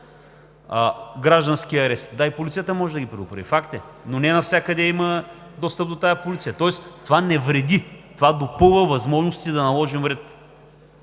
обществения ред. Да, и полицията може да ги предупреди, факт е, но не навсякъде има достъп до тази полиция, тоест това не вреди, а допълва възможностите да наложим ред.